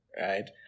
right